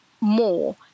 more